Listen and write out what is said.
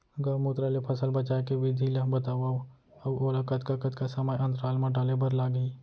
गौमूत्र ले फसल बचाए के विधि ला बतावव अऊ ओला कतका कतका समय अंतराल मा डाले बर लागही?